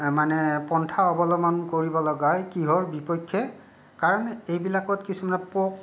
মানে পন্থা অৱলম্বন কৰিবলগীয়া হয় কিহৰ বিপক্ষে কাৰণ এইবিলাকত কিছুমান পোক